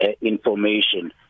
information